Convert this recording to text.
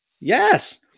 Yes